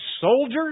soldiers